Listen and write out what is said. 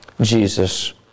Jesus